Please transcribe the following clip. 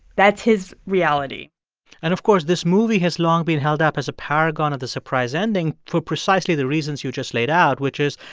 that's his reality and, of course, this movie has long been held up as a paragon of the surprise ending for precisely the reasons you just laid out, which is,